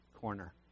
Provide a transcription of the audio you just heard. corner